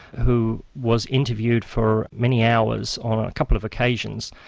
who was interviewed for many hours on a couple of occasions.